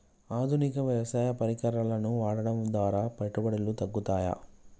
ఆధునిక వ్యవసాయ పరికరాలను వాడటం ద్వారా పెట్టుబడులు తగ్గుతయ?